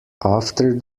after